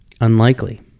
unlikely